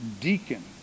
deacon